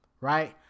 right